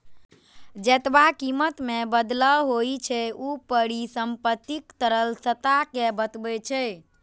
जेतबा कीमत मे बदलाव होइ छै, ऊ परिसंपत्तिक तरलता कें बतबै छै